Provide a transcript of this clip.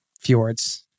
fjords